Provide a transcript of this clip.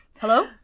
Hello